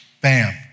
bam